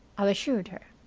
i assured her.